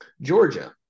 Georgia